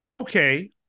okay